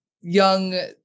young